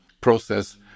process